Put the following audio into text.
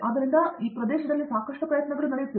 ಆದ್ದರಿಂದ ಆ ಪ್ರದೇಶದಲ್ಲಿ ಸಾಕಷ್ಟು ಪ್ರಯತ್ನಗಳು ನಡೆಯುತ್ತಿವೆ